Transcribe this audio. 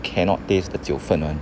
cannot taste the 酒分 [one]